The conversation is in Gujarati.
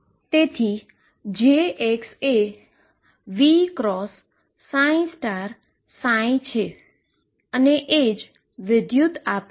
તેથી jx એ v×ψ છે એ જે કરંટ આપે છે